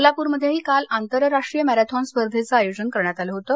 सोलाप्रमध्येही काल आंतरराष्ट्रीय मॅरेथॉन स्पर्धेचं आयोजन करण्यात आलं होतं